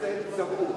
בכנסת צבעו.